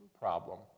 problem